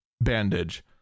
bandage